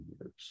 years